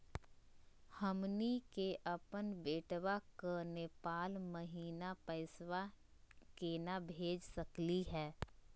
हमनी के अपन बेटवा क नेपाल महिना पैसवा केना भेज सकली हे?